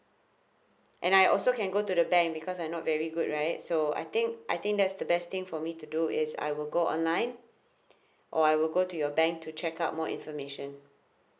and I also can go to the bank because I'm not very good right so I think I think that's the best thing for me to do is I will go online or I will go to your bank to check out more information